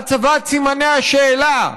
הצבת סימני השאלה.